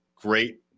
great